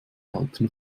alpen